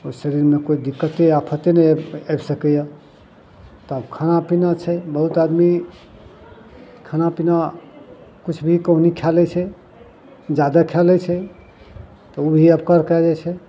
उ शरीरमे कोइ दिक्कते आफते नहि आबि सकैये तब खाना पीना छै बहुत आदमी खाना पीना किछु भी कहूं भी खा लै छै जादा खा लै छै तऽ उ भी अपकार कए जाइ छै